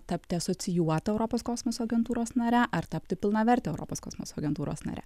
tapti asocijuota europos kosmoso agentūros nare ar tapti pilnaverte europos kosmoso agentūros nare